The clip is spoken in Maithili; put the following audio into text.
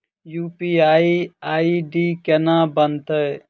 यु.पी.आई आई.डी केना बनतै?